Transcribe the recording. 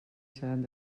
seran